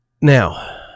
Now